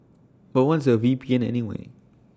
but once A V P N anyway